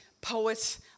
poets